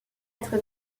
être